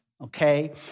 okay